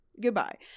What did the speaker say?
Goodbye